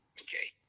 Okay